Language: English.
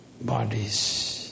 bodies